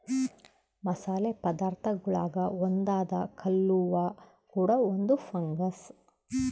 ಮಸಾಲೆ ಪದಾರ್ಥಗುಳಾಗ ಒಂದಾದ ಕಲ್ಲುವ್ವ ಕೂಡ ಒಂದು ಫಂಗಸ್